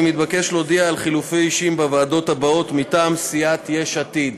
אני מתבקש להודיע על חילופי אישים בוועדות הבאות: מטעם סיעת יש עתיד: